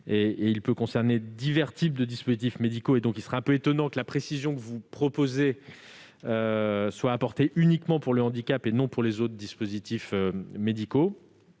il peut concerner divers types de dispositifs médicaux. Il serait donc un peu étonnant que la précision que vous proposez soit apportée uniquement pour le handicap et non pour les autres dispositifs médicaux.